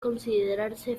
considerarse